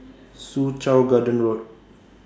Soo Chow Garden Road